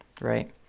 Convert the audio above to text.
right